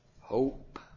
hope